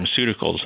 pharmaceuticals